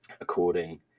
according